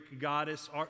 goddess